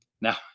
Now